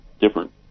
different